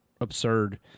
absurd